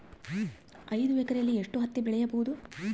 ಐದು ಎಕರೆಯಲ್ಲಿ ಎಷ್ಟು ಹತ್ತಿ ಬೆಳೆಯಬಹುದು?